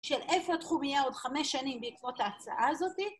של איפה התחום יהיה עוד חמש שנים בעקבות ההצעה הזאת